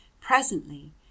Presently